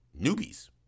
newbies